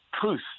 Truth